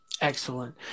Excellent